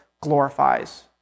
glorifies